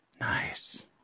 Nice